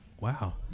Wow